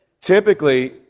Typically